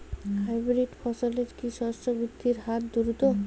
Hybrid ফসলের কি শস্য বৃদ্ধির হার দ্রুত?